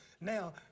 now